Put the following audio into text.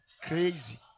crazy